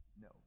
No